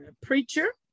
preacher